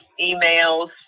emails